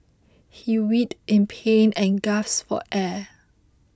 he writhed in pain and gasped for air